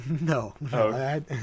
No